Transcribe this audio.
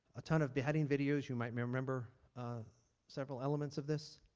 a ton of beheading videos you might might remember several elements of this.